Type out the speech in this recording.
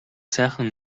сайхан